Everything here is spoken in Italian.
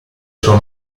suo